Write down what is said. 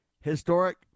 Historic